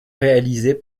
réalisés